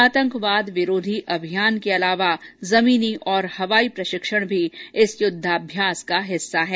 आतंकवाद विरोधी अभियान के अलावा जमीनी और हवाई प्रशिक्षण भी इस युद्धाभ्यास का हिस्सा है